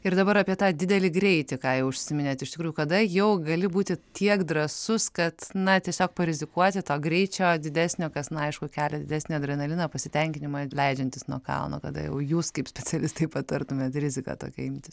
ir dabar apie tą didelį greitį ką jau užsiminėte iš tikrųjų kada jau gali būti tiek drąsus kad na tiesiog parizikuoti to greičio didesnio kas neaišku kelia didesnį adrenaliną pasitenkinimą leidžiantis nuo kalno kada jau jūs kaip specialistai patartumėte riziką tokią imtis